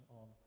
on